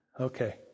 okay